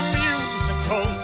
musical